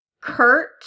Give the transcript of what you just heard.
Kurt